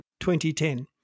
2010